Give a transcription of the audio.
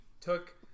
took